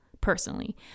personally